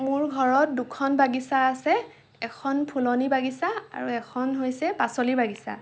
মোৰ ঘৰত দুখন বাগিচা আছে এখন ফুলনি বাগিচা আৰু এখন হৈছে পাচলিৰ বাগিচা